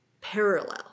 parallel